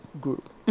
group